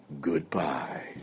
Goodbye